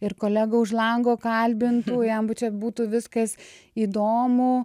ir kolegą už lango kalbintų jam bu čia būtų viskas įdomu